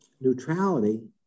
neutrality